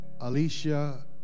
Alicia